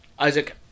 Isaac